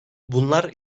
bunlar